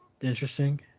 interesting